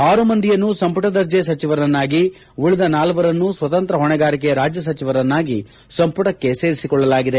ಆರು ಮಂದಿ ಸಂಪುಟ ದರ್ಜೆ ಸಚಿವರನ್ನಾಗಿ ಉಳಿದ ನಾಲ್ವರನ್ನು ಸ್ವತಂತ್ರ ಹೊಣೆಗಾರಿಕೆ ರಾಜ್ಯ ಸಚಿವರನ್ನಾಗಿ ಸಂಪುಟಕ್ಕೆ ಸೇರಿಸಿಕೊಳ್ಳಲಾಗಿದೆ